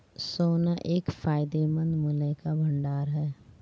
सोना एक फायदेमंद मूल्य का भंडार है